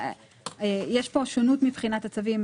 יש כאן שונות מבחינת הצווים.